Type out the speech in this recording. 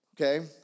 Okay